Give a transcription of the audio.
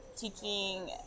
teaching